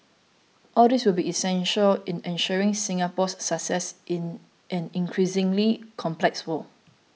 all these will be essential in ensuring Singapore's success in an increasingly complex world